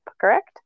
correct